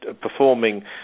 performing